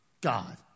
God